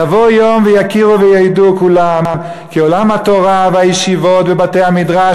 יבוא יום ויכירו וידעו כולם כי עולם התורה והישיבות ובתי-המדרש,